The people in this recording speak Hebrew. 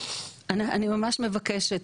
אני ממש מבקשת,